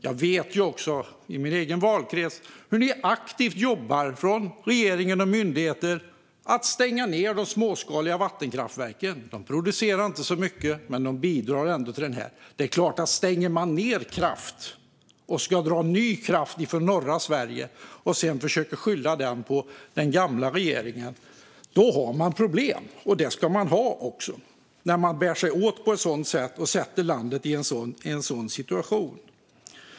Jag vet också från min egen valkrets hur regeringen och myndigheter jobbar aktivt för att stänga ned de småskaliga vattenkraftverken. De producerar inte mycket, men de bidrar ändå. Det är klart att man får problem om man stänger ned kraft och ska dra ny kraft från norra Sverige och sedan försöker skylla på den gamla regeringen. Och problem ska man ha när man bär sig åt på ett sådant sätt och försätter landet i en sådan situation.